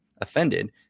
offended